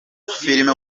filime